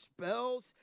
spells